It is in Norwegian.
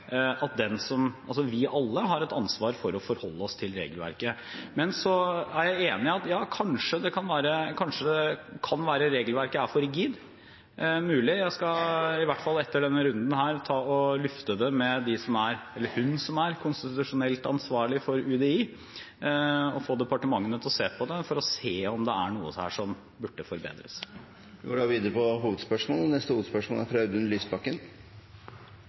vi alle har et ansvar for å forholde oss til regelverket. Men jeg er enig i at det kanskje kan være at regelverket er for rigid. Det er mulig. Jeg skal i hvert fall etter denne runden lufte det med konstitusjonelt ansvarlig for UDI, og få departementene til å se om det er noe som burde forbedres. Vi går til neste hovedspørsmål. Mitt spørsmål går til kunnskapsministeren. Forskjellene i Norge i rikdom og makt øker, og det er